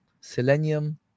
selenium